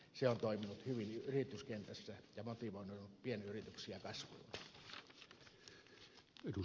se on toiminut hyvin yrityskentässä ja motivoinut pienyrityksiä kasvuun